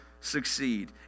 succeed